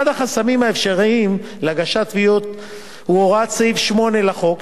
אחד החסמים האפשריים להגשת תביעות הוא הוראת סעיף 8 לחוק,